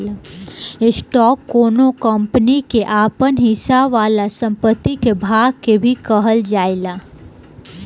stock कौनो company के आपन हिस्सा वाला संपत्ति के भाग के भी कहल जाइल जाला